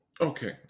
Okay